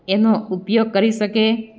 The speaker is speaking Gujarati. એનો ઉપયોગ કરી શકે